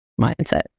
mindset